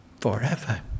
forever